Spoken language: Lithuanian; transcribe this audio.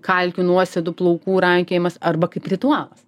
kalkių nuosėdų plaukų rankiojimas arba kaip ritualas